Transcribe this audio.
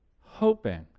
hoping